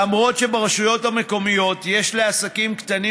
למרות שברשויות המקומיות יש לעסקים קטנים